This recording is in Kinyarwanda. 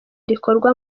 rikorwa